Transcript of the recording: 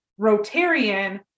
Rotarian